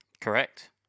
Correct